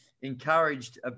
encouraged